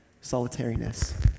solitariness